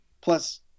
Plus